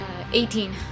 18